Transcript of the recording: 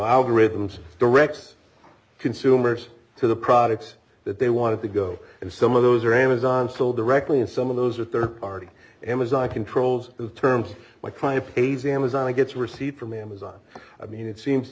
algorithms directs consumers to the products that they want to go and some of those are amazon sold directly and some of those are third party amazon controls the terms my client pays amazon gets received from amazon i mean it seems to